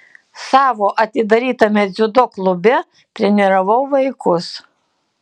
savo atidarytame dziudo klube treniravau vaikus